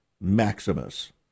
Maximus